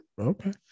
okay